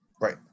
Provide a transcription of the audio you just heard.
right